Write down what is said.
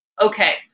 okay